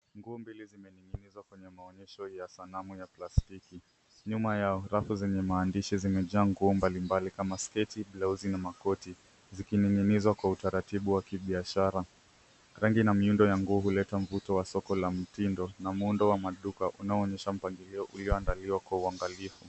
Nguo mbili zimening'inizwa kwenye maonyesho ya sanamu ya plastiki. Nyuma yao rafu zenye maandishi zimejaa nguo mbalimbali kama sketi, blauzi na makoti zikining'inizwa kwa utaratibu wa kibiashara. Rangi na miundo ya nguo huleta mvuto wa soko la mtindo na muundo wa maduka unaonyesha mpangilio ulioandaliwa kwa uangalifu.